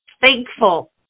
thankful